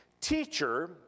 Teacher